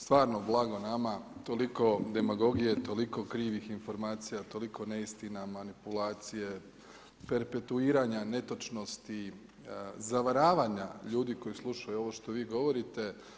Stvarno blago nama, toliko demagogije, toliko krivih informacija, toliko neistina, manipulacije, perpetuiranja netočnosti, zavaravanja ljudi koji slušaju ovo što vi govorite.